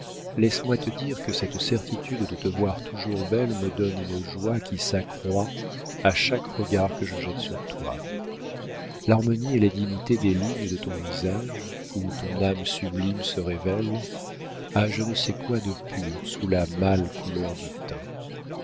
laisse-moi te dire que cette certitude de te voir toujours belle me donne une joie qui s'accroît à chaque regard que je jette sur toi l'harmonie et la dignité des lignes de ton visage où ton âme sublime se révèle a je ne sais quoi de pur sous la mâle couleur du teint